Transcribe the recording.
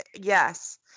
yes